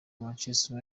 manchester